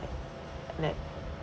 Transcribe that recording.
let